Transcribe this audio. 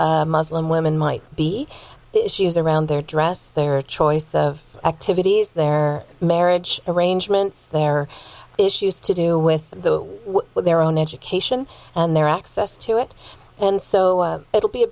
muslim women might be issues around their dress their choice of activities their marriage arrangements their issues to do with what their own education and their access to it and so it'll be a